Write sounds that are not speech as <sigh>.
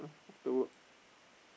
ah have to work <noise>